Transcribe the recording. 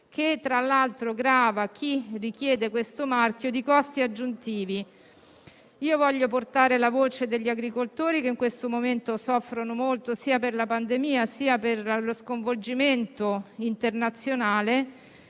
che tra l'altro grava chi lo richiede di costi aggiuntivi. Voglio portare la voce degli agricoltori, che in questo momento soffrono molto, sia per la pandemia, sia per lo sconvolgimento internazionale.